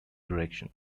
direction